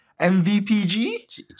MVPG